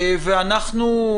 ואנחנו,